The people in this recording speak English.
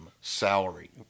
salary